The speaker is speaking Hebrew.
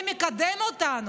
זה מקדם אותנו,